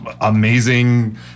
amazing